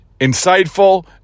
insightful